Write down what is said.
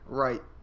right